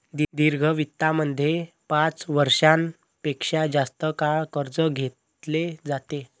दीर्घ वित्तामध्ये पाच वर्षां पेक्षा जास्त काळ कर्ज घेतले जाते